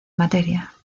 materia